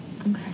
Okay